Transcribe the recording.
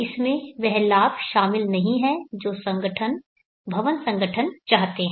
इसमें वह लाभ शामिल नहीं है जो संगठन भवन संगठन चाहते हैं